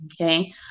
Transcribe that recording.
Okay